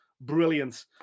Brilliant